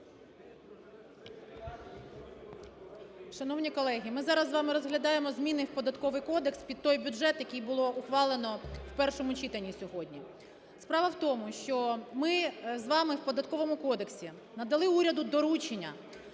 Шановні колеги, ми зараз з вами розглядаємо зміни в Податковий кодекс під той бюджет, який було ухвалено в першому читанні сьогодні. Справа в тому, що ми з вами в Податковому кодексі надали уряду доручення